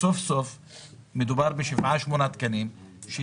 מדובר בשבעה-שמונה תקנים והגיע הזמן